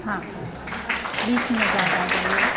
हाँ बीस मिनट बाद आ जाइए आप